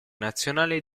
nazionale